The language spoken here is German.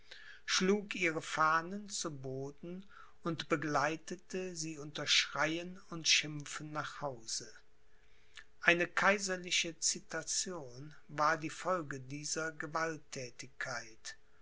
schlug ihre fahnen zu boden und begleitete sie unter schreien und schimpfen nach hause eine kaiserliche citation war die folge dieser